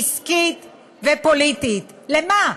עסקית ופוליטית, למה?